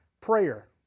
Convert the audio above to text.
Prayer